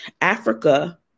Africa